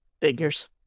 Figures